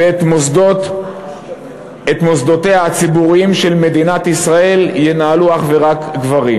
ואת מוסדותיה הציבוריים של מדינת ישראל ינהלו אך ורק גברים.